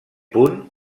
punt